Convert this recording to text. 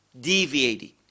deviating